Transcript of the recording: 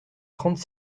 trente